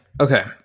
okay